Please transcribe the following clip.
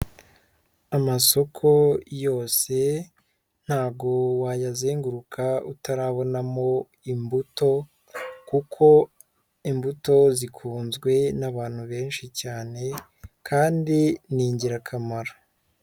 Amasoko yose ntago wayazenguruka utarabonamo imbuto kuko imbuto zikunzwe n'abantu benshi cyane kandi ni ingirakamaro.